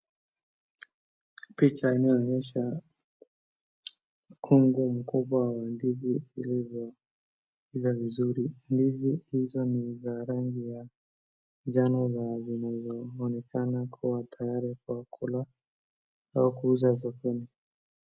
Picha inayoonyesha mkungu mkubwa wa ndizi zilizoiva vizuri. Ndizi hizi ni za rangi ya njano na zinazoonekana kuwa tayari kwa kula au kuuza sokoni.